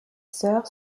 sœurs